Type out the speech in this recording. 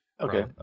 okay